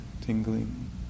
tingling